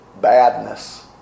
badness